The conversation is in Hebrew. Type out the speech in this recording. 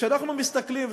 וכשאנחנו מסתכלים,